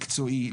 מקצועי,